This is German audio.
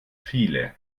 viele